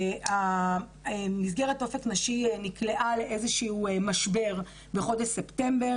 מסגרת אופק נשי נקלעה לאיזשהו משבר בחודש ספטמבר